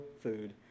food